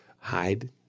hide